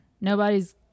nobody's